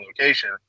location